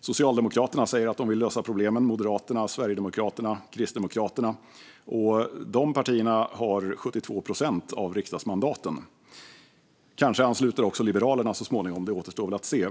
Socialdemokraterna, Moderaterna, Sverigedemokraterna och Kristdemokraterna säger att de vill lösa problemen, och dessa partier har 72 procent av riksdagsmandaten. Kanske ansluter även Liberalerna så småningom; det återstår att se.